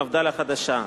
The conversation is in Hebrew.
מפד"ל החדשה: